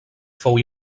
fou